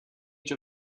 age